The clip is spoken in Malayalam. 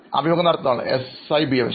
അഭിമുഖം നടത്തുന്നയാൾ എസ് ഐ ബി എം ശരി